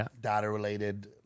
data-related